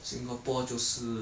ah flagship that's the name